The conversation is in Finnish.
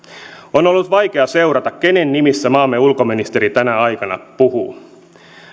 on ollut vaikeaa seurata kenen nimissä maamme ulkoministeri tänä aikana puhuu